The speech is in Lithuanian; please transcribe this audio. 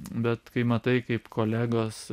bet kai matai kaip kolegos